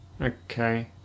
Okay